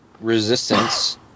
resistance